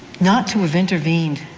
not to have intervened,